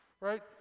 right